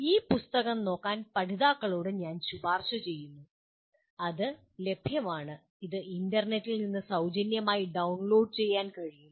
ഈ പുസ്തകം നോക്കാൻ പഠിതാക്കളോട് ഞാൻ ശുപാർശ ചെയ്യുന്നു അത് ലഭ്യമാണ് ഇത് ഇൻ്റർനെറ്റിൽ നിന്ന് സൌജന്യമായി ഡൌൺലോഡ് ചെയ്യാൻ കഴിയും